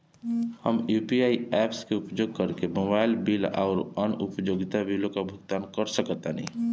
हम UPI apps के उपयोग करके मोबाइल बिल आउर अन्य उपयोगिता बिलों का भुगतान कर सकतानी